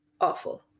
awful